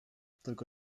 tylko